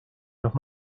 los